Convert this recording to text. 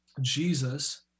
Jesus